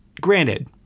Granted